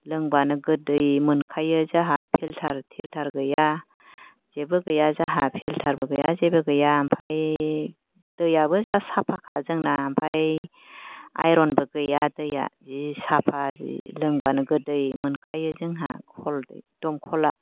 लोंबानो गोदै मोनखायो जोंहा फिलटार थिलथार गैया जेबो गैया जोंहा फिलथारबो गैया जेबो गैया ओमफ्राय दैयाबो जा साफाखा जोंना ओमफ्राय आइरनबो गैया दैया जि साफा जि लोंबानो गोदै मोनखायो जोंहा खल दंखलआ